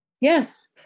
Yes